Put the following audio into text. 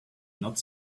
not